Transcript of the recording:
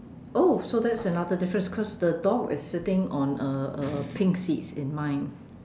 oh so that's another difference cause the dog is sitting on a a pink seats in mine